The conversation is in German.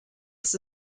ist